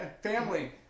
family